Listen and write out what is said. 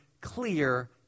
clear